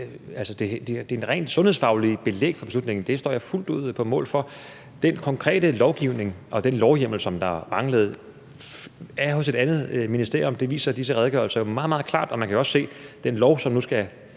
at det rent sundhedsfaglige belæg for beslutningen står jeg fuldt ud på mål for. Den konkrete lovgivning og den lovhjemmel, som der manglede, hører under et andet ministerium, og det viser disse redegørelser jo meget, meget klart. Man kan jo også se, at det lovforslag,